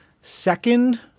second